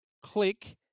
Click